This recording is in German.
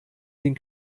den